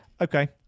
okay